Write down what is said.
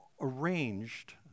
arranged